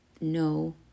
no